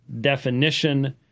definition